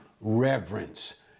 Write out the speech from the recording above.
reverence